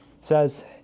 says